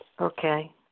Okay